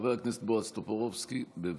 חבר הכנסת בועז טופורובסקי, בבקשה.